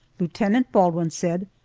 lieutenant baldwin said,